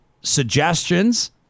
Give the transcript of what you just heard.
suggestions